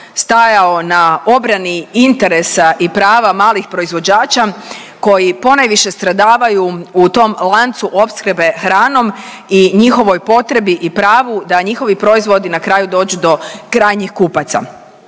stajao na obrani interesa i prava malih proizvođača koji ponajviše stradavaju u tom lancu opskrbe hranom i njihovoj potrebi i pravu da njihovi proizvodi na kraju dođu do krajnjih kupaca.